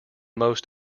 most